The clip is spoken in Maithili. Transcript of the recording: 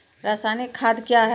रसायनिक खाद कया हैं?